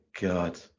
God